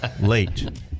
late